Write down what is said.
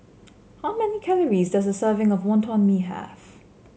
how many calories does a serving of Wonton Mee have